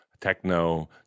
techno